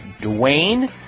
Dwayne